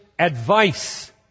Advice